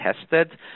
tested